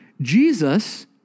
Jesus